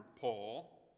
Paul